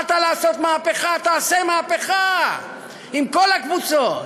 לא, באת לעשות מהפכה, תעשה מהפכה עם כל הקבוצות.